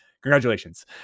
Congratulations